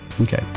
Okay